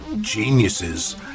geniuses